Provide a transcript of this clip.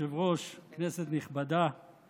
אדוני היושב-ראש, כנסת נכבדה,